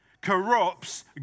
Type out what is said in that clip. corrupts